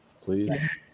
please